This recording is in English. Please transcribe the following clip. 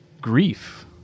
grief